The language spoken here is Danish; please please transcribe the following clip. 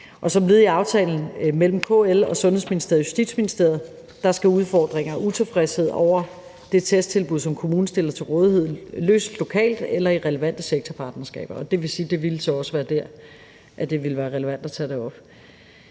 Som led i aftalen mellem KL og Sundhedsministeriet og Justitsministeriet skal udfordringer og utilfredshed med det testtilbud, som kommunen stiller til rådighed, løses lokalt eller i relevante sektorpartnerskaber. Og det vil sige, at det så også ville være der,